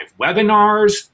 webinars